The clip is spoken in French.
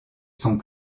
sont